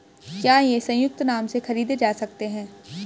क्या ये संयुक्त नाम से खरीदे जा सकते हैं?